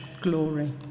glory